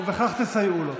ובכך תסייעו לו.